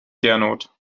gernot